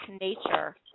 nature